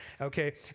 okay